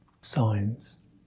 Signs